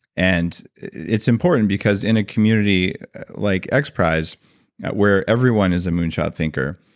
and it's important because in a community like xprize, where everyone is a moonshot thinker,